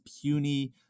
puny